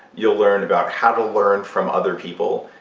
you'll learn about how to learn from other people.